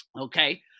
Okay